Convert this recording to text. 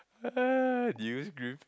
did you scream